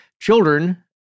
Children